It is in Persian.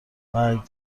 برگ